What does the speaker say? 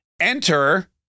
enter